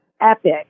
epic